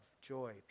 joy